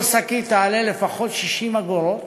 כל שקית תעלה לפחות 60 אגורות,